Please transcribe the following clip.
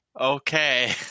Okay